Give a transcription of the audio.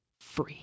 free